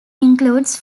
includes